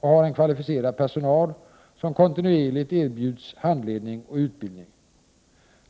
och har en kvalificerad personal, som kontinuerligt erbjuds handledning och utbildning.